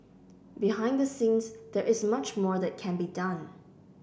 behind the scenes there is much more that can be done